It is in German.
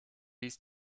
ließ